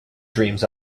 dreams